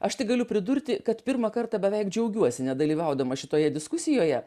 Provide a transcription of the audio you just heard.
aš tik galiu pridurti kad pirmą kartą beveik džiaugiuosi nedalyvaudama šitoje diskusijoje